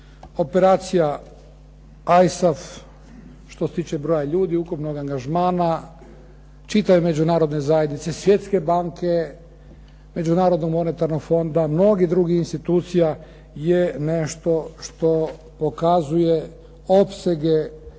Operacija ISAF što se tiče broja ljudi, ukupnog angažmana čitave Međunarodne zajednice, Svjetske banke, Međunarodnog monetarnog fonda, mnogih drugih institucija je nešto što pokazuje opsege